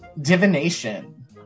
divination